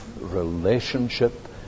relationship